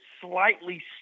slightly